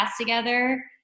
together